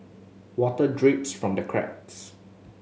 water drips from the cracks